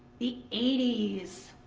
the eighty s.